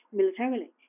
militarily